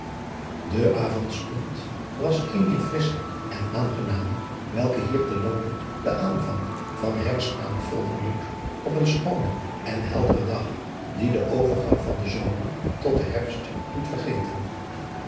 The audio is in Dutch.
e avondstond was een dier frissche en aangename welke hier te lande de aanvang van erfstmaand volgen doet op een schoonen en helderen dag die den overgang van den zomer tot den herfst doet vergeten